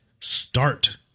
start